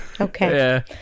Okay